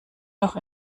noch